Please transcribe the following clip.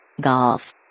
Golf